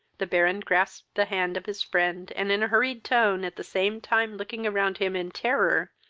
the baron grasped the hand of his friend, and in a hurried tone, at the same time looking around him in terror,